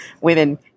women